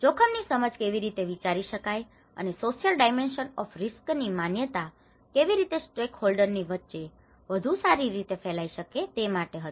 જોખમ ની સમજ કેવી રીતે વિચારી શકાય અને સોશિયલ ડાયમેન્શન ઓફ રિસ્ક ની માન્યતા કેવી રીતે સ્ટેકહોલ્ડર ની વચ્ચે વધુ સારી રીતે ફેલાઈ શકે તે માટે હતો